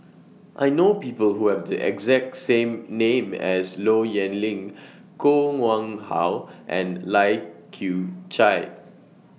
I know People Who Have The exact same name as Low Yen Ling Koh Nguang How and Lai Kew Chai